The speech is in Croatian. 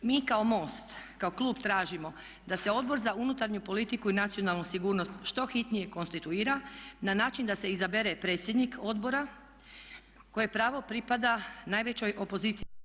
Mi kao MOST, kao klub tražimo da se Odbor za unutarnju politiku i nacionalnu sigurnost što hitnije konstituira na način da se izabere predsjednik odbora koje pravo pripada najvećoj opozicijskoj stranci.